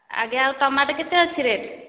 ଆଜ୍ଞା ଆଉ ଟମାଟୋ କେତେ ଅଛି ରେଟ୍